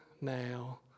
now